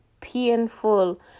painful